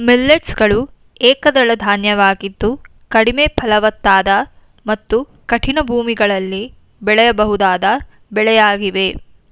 millets ಗಳು ಏಕದಳ ಧಾನ್ಯವಾಗಿದ್ದು ಕಡಿಮೆ ಫಲವತ್ತಾದ ಮತ್ತು ಕಠಿಣ ಭೂಮಿಗಳಲ್ಲಿ ಬೆಳೆಯಬಹುದಾದ ಬೆಳೆಯಾಗಿವೆ